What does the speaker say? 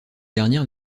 dernière